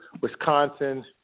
Wisconsin